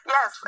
Yes